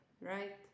right